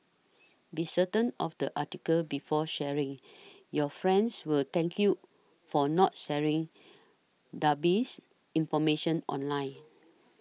be certain of the article before sharing your friends will thank you for not sharing dubious information online